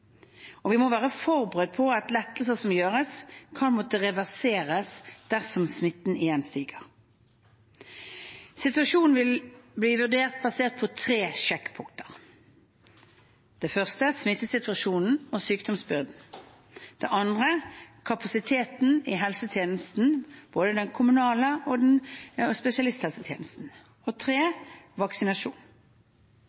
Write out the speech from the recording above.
Vi må være forberedt på at lettelser som gjøres, kan måtte reverseres dersom smitten igjen stiger. Situasjonen vil bli vurdert basert på tre sjekkpunkter: smittesituasjonen og sykdomsbyrden kapasiteten i helsetjenesten, både den kommunale og i spesialisthelsetjenesten vaksinasjon Disse tre